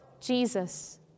Jesus